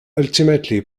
ultimately